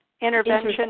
intervention